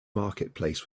marketplace